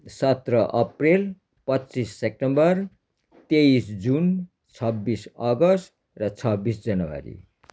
सत्र अप्रेल पच्चिस सेप्टेम्बर तेइस जुन छब्बिस अगस्त र छब्बिस जनवरी